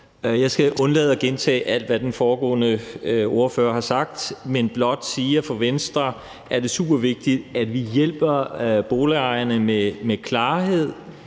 Jeg skal undlade at gentage alt, hvad den foregående ordfører har sagt, men blot sige, at det for Venstre er supervigtigt, at vi hjælper boligejerne med klarhed,